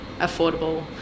affordable